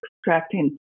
extracting